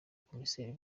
komiseri